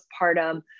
postpartum